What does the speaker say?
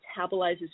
metabolizes